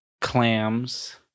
clams